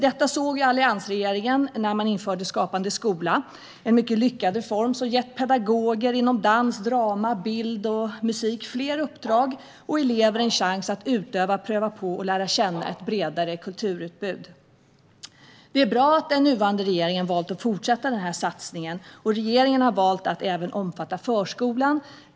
Detta såg alliansregeringen när man införde Skapande skola - en mycket lyckad reform som gett pedagoger inom dans, drama, bild och musik fler uppdrag och som gett elever en chans att utöva, pröva på och lära känna ett bredare kulturutbud. Det är bra att den nuvarande regeringen har valt att fortsätta denna satsning och även låta den omfatta förskolan.